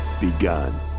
begun